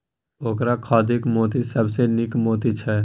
ओकर खाधिक मोती सबसँ नीक मोती छै